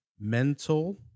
Mental